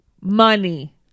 Money